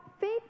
faith